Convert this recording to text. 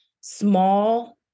small